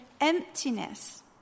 emptiness